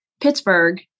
Pittsburgh